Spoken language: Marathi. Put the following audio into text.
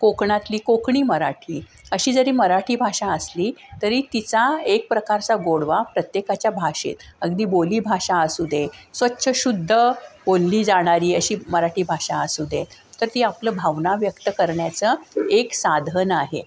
कोकणातली कोकणी मराठी अशी जरी मराठी भाषा असली तरी तिचा एक प्रकारचा गोडवा प्रत्येकाच्या भाषेत अगदी बोली भाषा असू दे स्वच्छ शुद्ध बोलली जाणारी अशी मराठी भाषा असू दे तर ती आपलं भावना व्यक्त करण्याचं एक साधन आहे